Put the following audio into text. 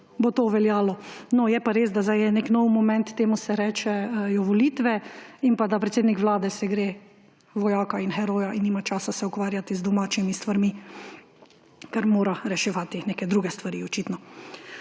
bo to veljalo. No, je pa res, da zdaj je nek nov moment; temu se rečejo volitve in da predsednik Vlade se gre vojaka in heroja in se nima časa ukvarjati z domačimi stvarmi, ker mora reševati neke druge stvari. Očitno.